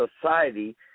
society